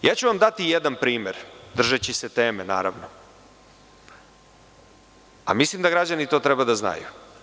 Daću vam jedan primer, držeći se teme, naravno, a mislim da građani to treba da znaju.